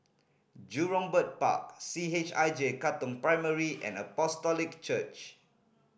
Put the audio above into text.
Jurong Bird Park C H I J Katong Primary and Apostolic Church